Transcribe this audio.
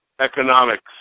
Economics